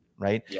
Right